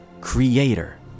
creator